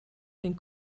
den